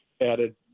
added